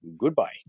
goodbye